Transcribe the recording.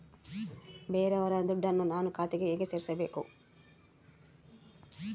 ಬೇರೆಯವರ ದುಡ್ಡನ್ನು ನನ್ನ ಖಾತೆಗೆ ಹೇಗೆ ಸೇರಿಸಬೇಕು?